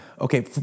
Okay